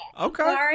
Okay